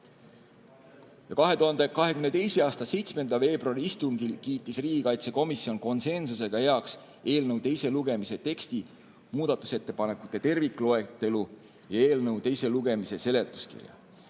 Ja 2022. aasta 7. veebruari istungil kiitis riigikaitsekomisjon konsensusega heaks eelnõu teise lugemise teksti muudatusettepanekute tervikloetelu ja eelnõu teise lugemise seletuskirja.